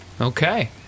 Okay